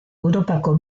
europako